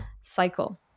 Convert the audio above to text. cycle